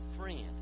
friend